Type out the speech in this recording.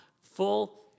full